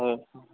हूँ